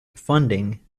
funding